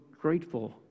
grateful